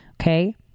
Okay